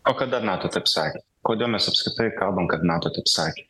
o kada nato taip sakė kodėl mes apskritai kalbam kad nato taip sakė